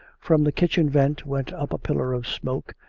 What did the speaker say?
from the kitchen vent went up a pillar of smoke,